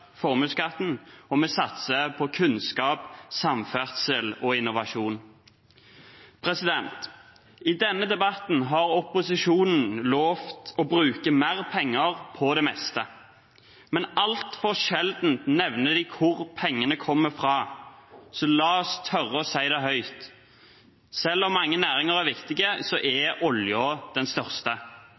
formuesskatten, og vi satser på kunnskap, samferdsel og innovasjon. I denne debatten har opposisjonen lovet å bruke mer penger på det meste, men altfor sjelden nevner de hvor pengene kommer fra. Så la oss tørre å si det høyt: Selv om mange næringer er viktige, er oljen den største.